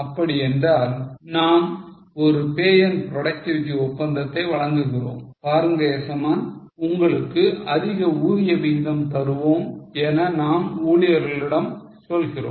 அப்படி என்றால் நாம் ஒரு pay and productivity ஒப்பந்தத்தை வழங்குகிறோம் பாருங்க எசமான் உங்களுக்கு அதிக ஊதிய விகிதம் தருவோம் என நாம் ஊழியர்களிடம் சொல்கிறோம்